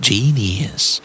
Genius